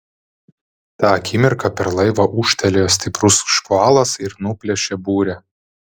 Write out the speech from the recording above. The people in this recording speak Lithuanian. tą akimirką per laivą ūžtelėjo stiprus škvalas ir nuplėšė burę